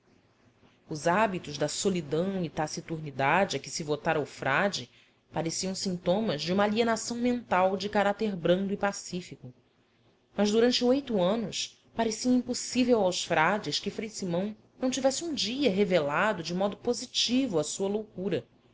os hábitos da solidão e taciturnidade a que se votara o frade pareciam sintomas de uma alienação mental de caráter brando e pacífico mas durante oito anos parecia impossível aos frades que frei simão não tivesse um dia revelado de modo positivo a sua loucura